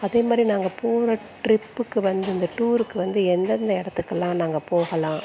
அதே மாதிரி நாங்கள் போகிற டிரிப்புக்கு வந்து இந்த டூருக்கு வந்து எந்தெந்த இடத்துக்குல்லாம் நாங்கள் போகலாம்